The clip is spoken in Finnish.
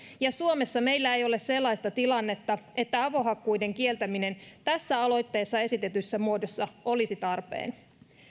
ja suomessa meillä ei ole sellaista tilannetta että avohakkuiden kieltäminen tässä aloitteessa esitetyssä muodossa olisi tarpeen